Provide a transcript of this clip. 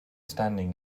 standing